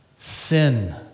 Sin